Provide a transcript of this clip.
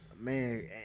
Man